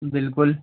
बिलकुल